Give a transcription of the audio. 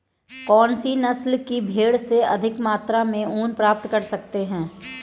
कौनसी नस्ल की भेड़ से अधिक मात्रा में ऊन प्राप्त कर सकते हैं?